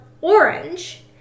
orange